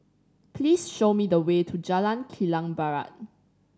please show me the way to Jalan Kilang Barat